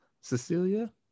cecilia